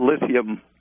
lithium